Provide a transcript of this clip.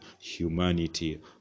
humanity